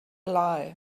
lie